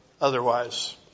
Otherwise